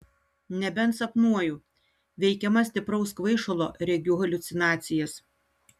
nebent sapnuoju veikiama stipraus kvaišalo regiu haliucinacijas